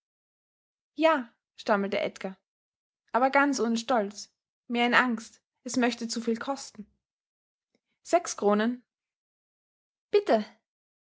ja stammelte edgar aber ganz ohne stolz mehr in angst es möchte zuviel kosten sechs kronen bitte